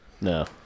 No